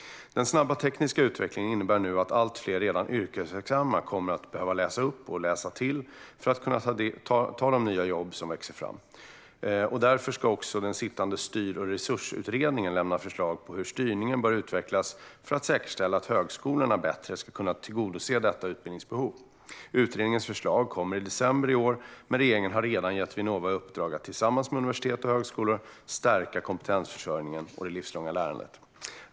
Den snabba tekniska utvecklingen innebär nu att allt fler redan yrkesverksamma kommer att behöva läsa upp och läsa till för att kunna ta de nya jobb som växer fram. Därför ska också den sittande Styr och resursutredningen lämna förslag på hur styrningen bör utvecklas för att säkerställa att högskolorna bättre ska kunna tillgodose detta utbildningsbehov. Utredningens förslag kommer i december i år, men regeringen har redan gett Vinnova i uppdrag att tillsammans med universitet och högskolor stärka kompetensförsörjningen och det livslånga lärandet.